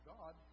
God